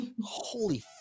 Holy